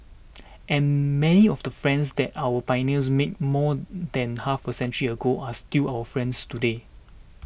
and many of the friends that our pioneers made more than half a century ago are still our friends today